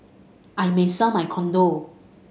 I may sell my condo